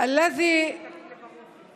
שמקרון טוען